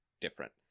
different